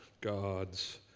God's